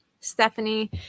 Stephanie